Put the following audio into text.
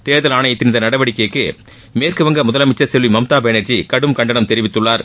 தேர்தல் ஆணையத்தின் இந்த நடவடிக்கைக்கு மேற்கு வங்க முதலமைச்சர் செல்வி மம்தா பானர்ஜி கடும் கண்டனம் தெரிவித்துள்ளார்